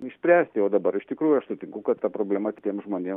išspręsti o dabar iš tikrųjų aš sutinku kad ta problema tiem žmonėm